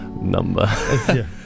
number